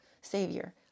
Savior